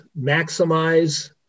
maximize